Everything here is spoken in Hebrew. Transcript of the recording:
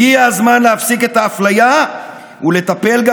הגיע הזמן להפסיק את האפליה ולטפל גם